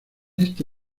este